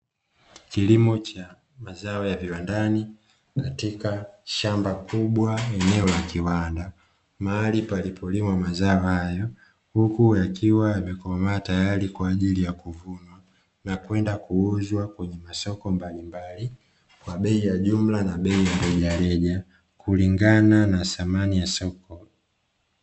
Kilimo cha mazao ya viwandani katika shamba kubwa eneo la kiwanda, mahali palipolimwa mazao hayo huku yakiwa yamekomaa tayari kwa ajili ya kuvunwa na kwenda kuuzwa kwenye masoko mbalimbali; kwa bei ya jumla na bei ya rejareja kulingana na thamani ya soko.